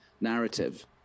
narrative